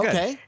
Okay